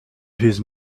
his